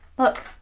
look,